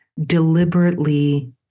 deliberately